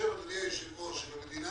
במדינה